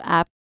app